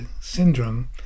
syndrome